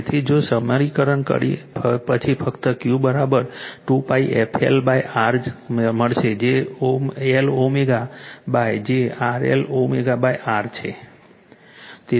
તેથી જો સરળીકરણ પછી ફક્ત Q 2𝜋 f LR મળશે જે L ω જે RL ω R છે